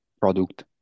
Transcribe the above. product